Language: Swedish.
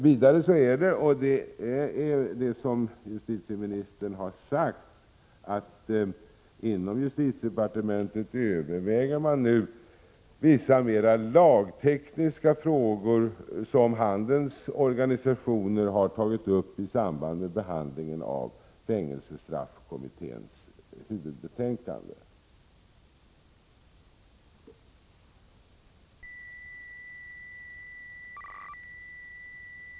Vidare har justitieministern sagt att det inom justitiedepartementet nu övervägs vissa lagtekniska frågor som handelns organisationer tagit upp i samband med behandlingen av fängelsestraffkommitténs huvudbetänkande.